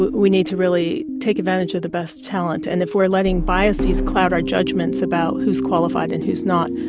we need to really take advantage of the best talent, and if we are letting biases cloud our judgements about who's qualified and who's not,